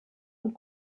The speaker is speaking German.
und